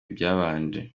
byabanje